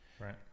Right